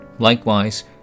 Likewise